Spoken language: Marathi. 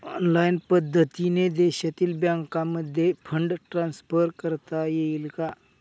ऑनलाईन पद्धतीने देशातील बँकांमध्ये फंड ट्रान्सफर करता येईल का?